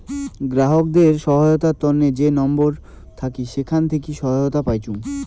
গ্রাহকদের সহায়তার তন্ন যে নাম্বার থাকি সেখান থাকি সহায়তা পাইচুঙ